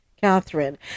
Catherine